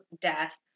death